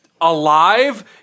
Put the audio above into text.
Alive